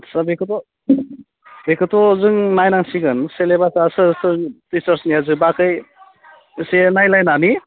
सार बेखौथ' बेखौथ' जों नायनांसिगोन सिलेबासा सोर सोर टिचार्सनिया जोबाखै एसे नायलायनानै